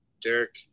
Derek